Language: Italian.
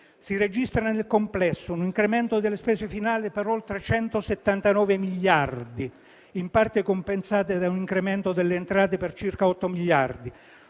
Si registra nel complesso un incremento delle spese finali per oltre 179 miliardi di euro, in parte compensato da un incremento delle entrate per circa 8 miliardi